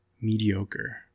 mediocre